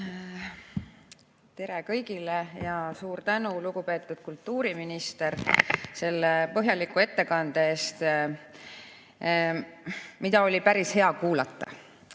Tere kõigile! Ja suur tänu, lugupeetud kultuuriminister, selle põhjaliku ettekande eest, mida oli päris hea kuulata!